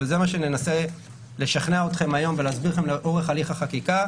וזה מה שננסה לשכנע אתכם היום ולהסביר לכם לאורך הליך החקיקה,